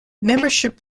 membership